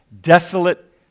desolate